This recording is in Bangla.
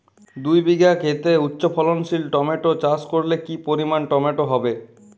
দুই বিঘা খেতে উচ্চফলনশীল টমেটো চাষ করলে কি পরিমাণ টমেটো হবে?